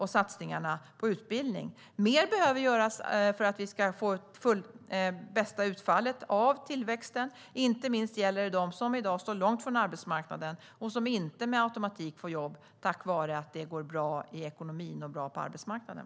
Vi har också satsningarna på utbildning. Mer behöver göras för att vi ska få bästa utfall av tillväxten. Inte minst gäller detta dem som i dag står långt från arbetsmarknaden och som inte med automatik får jobb tack vare att det går bra i ekonomin och på arbetsmarknaden.